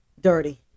dirty